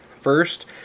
First